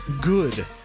Good